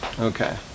Okay